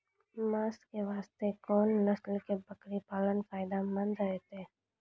मांस के वास्ते कोंन नस्ल के बकरी पालना फायदे मंद रहतै?